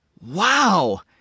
Wow